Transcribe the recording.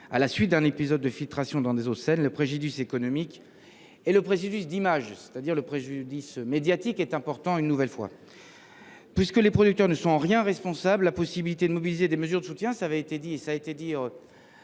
à la suite d’un épisode de filtration dans des eaux saines, le préjudice économique et le préjudice d’image, c’est à dire le préjudice médiatique, sont importants. Puisque les producteurs ne sont en rien responsables, la possibilité de mobiliser des mesures de soutien, cela a été dit